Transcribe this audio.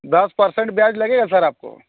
दस परसेन्ट ब्याज़ लगेगा सर आपको